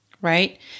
right